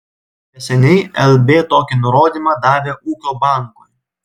neseniai lb tokį nurodymą davė ūkio bankui